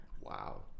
Wow